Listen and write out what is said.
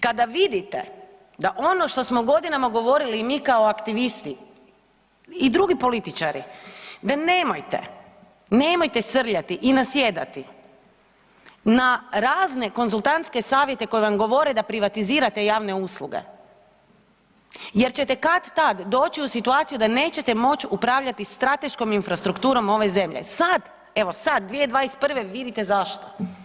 Kada vidite da ono što smo godinama govorili i mi kao aktivisti i drugi političari, da nemojte, nemojte srljati i nasjedati na razne konzultantske savjete koje vam govore da privatizirate javne usluge jer ćete kad-tad doći u situaciju da nećete moći upravljati strateškom infrastrukturom ove zemlje sad, evo sad 2021. vidite zašto.